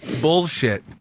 Bullshit